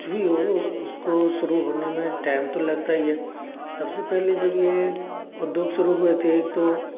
कुछ भी हो उसको शुरू होने में टाइम तो लगता ही है सबसे पहले जब यह उद्योग शुरू हुए थे तो